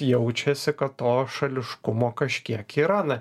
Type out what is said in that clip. jaučiasi kad to šališkumo kažkiek yra na